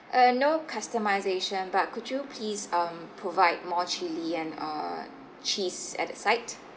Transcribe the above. uh no customization but could you please um provide more chilli and uh cheese at the side